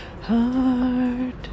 heart